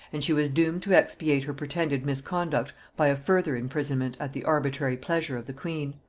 and she was doomed to expiate her pretended misconduct by a further imprisonment at the arbitrary pleasure of the queen.